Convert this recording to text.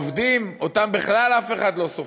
והעובדים, אותם בכלל אף אחד לא סופר.